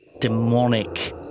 demonic